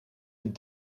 een